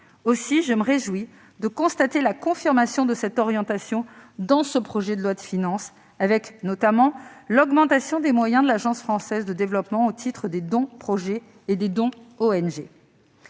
Aussi, je me réjouis de constater la confirmation de cette orientation dans ce projet de loi de finances. Je pense notamment à l'augmentation des moyens de l'Agence française de développement au titre des dons-projets et des dons-ONG.